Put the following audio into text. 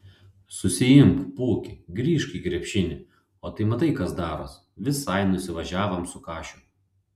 susiimk pūki grįžk į krepšinį o tai matai kas daros visai nusivažiavom su kašiu